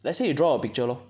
let's say you draw a picture lor